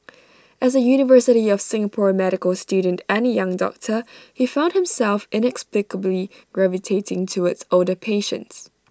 as A university of Singapore medical student and young doctor he found himself inexplicably gravitating towards older patients